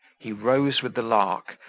he rose with the lark,